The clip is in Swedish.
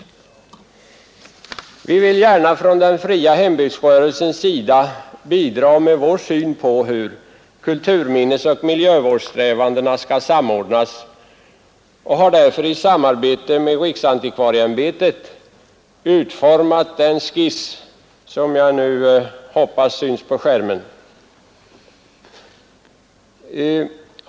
Vi vill gärna från den fria hembygdsrörelsens sida bidra med vår syn på hur kulturminnesoch miljövårdssträvandena skall samordnas, och vi har därför i samarbete med riksantikvarieämbetet utformat den skiss som jag nu visar på TV-skärmen.